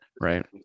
right